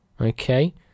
Okay